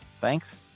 Thanks